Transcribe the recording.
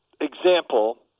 example